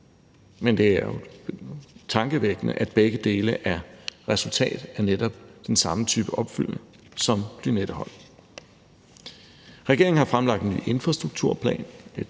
men det er jo tankevækkende, at begge dele er et resultat af netop den samme type opfyldning som Lynetteholm. Kl. 21:58 Regeringen har fremlagt en ny infrastrukturplan,